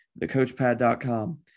thecoachpad.com